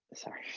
sorry,